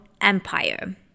empire